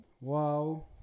Wow